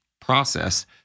process